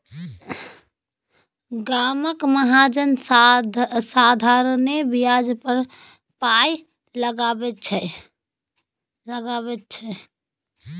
गामक महाजन साधारणे ब्याज पर पाय लगाबैत छै